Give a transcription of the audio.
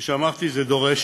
כפי שאמרתי, זה דורש